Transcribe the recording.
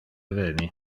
veni